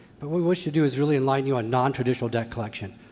but what we wish to do is really enlighten you on nontraditional debt collection.